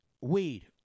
weed